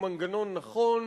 הוא מנגנון נכון,